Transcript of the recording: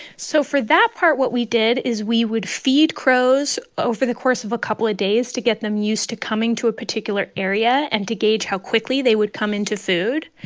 so for that part, what we did is we would feed crows over the course of a couple of days to get them used to coming to a particular area and to gauge how quickly they would come into food.